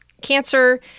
cancer